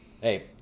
hey